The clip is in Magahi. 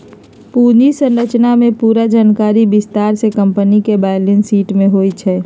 पूंजी संरचना के पूरा जानकारी विस्तार से कम्पनी के बैलेंस शीट में होई छई